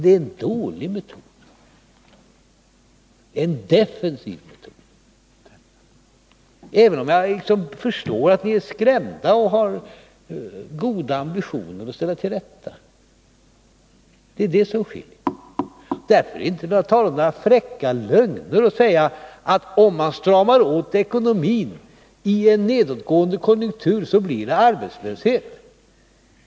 Det är en dålig metod, en defensiv metod — även om jag förstår att ni är skrämda och har goda ambitioner att ställa allt till rätta. Det är det som sker. Därför kan det inte kallas fräcka lögner att säga att om man stramar åt ekonomin i en nedåtgående konjunktur, blir det arbetslöshet.